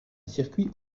circuit